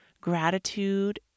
gratitude